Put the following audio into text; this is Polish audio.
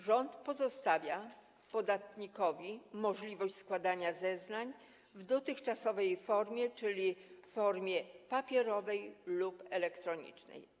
Rząd pozostawia podatnikowi możliwość składania zeznań w dotychczasowej formie, czyli formie papierowej lub elektronicznej.